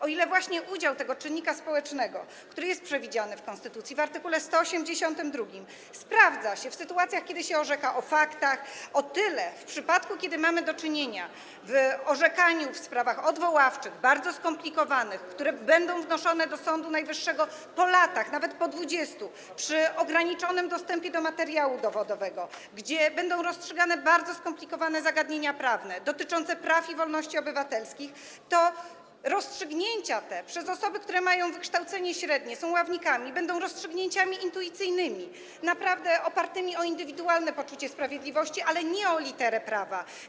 O ile właśnie udział tego czynnika społecznego, który jest przewidziany w konstytucji w art. 182, sprawdza się w sytuacjach, kiedy orzeka się o faktach, o tyle w przypadku kiedy mamy do czynienia z orzekaniem w sprawach odwoławczych, bardzo skomplikowanych - które będą wnoszone do Sądu Najwyższego po latach, nawet po 20 latach, przy ograniczonym dostępie do materiału dowodowego, gdzie będą rozstrzygane bardzo skomplikowane zagadnienia prawne dotyczące praw i wolności obywatelskich - rozstrzygnięcia osób, które mają wykształcenie średnie, są ławnikami, będą rozstrzygnięciami intuicyjnymi, naprawdę opartymi na indywidualnym poczuciu sprawiedliwości, ale nie na literze prawa.